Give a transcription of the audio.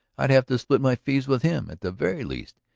i'd have to split my fees with him at the very least!